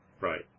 Right